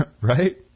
Right